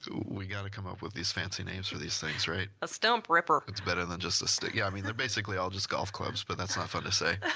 we got to come up with these fancy names for these things, right? a stump ripper. it's better than just a stick. yeah, they're basically all just golf clubs but that's not fun to say.